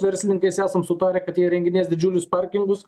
verslininkais esam sutarę kad įrenginės didžiulius parkingus